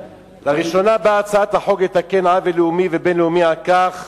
לראשונה באה הצעת החוק לתקן עוול לאומי ובין-לאומי על כך